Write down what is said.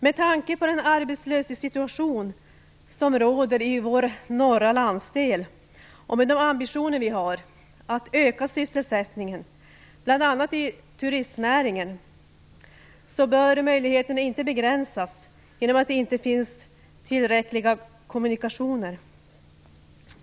Med tanke på den arbetslöshetssituation som råder i vår norra landsdel och de ambitioner som vi har att öka sysselsättningen, bl.a. inom turistnäringen, bör möjligheterna inte begränsas genom otillräckliga kommunikationer.